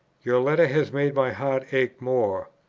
your letter has made my heart ache more,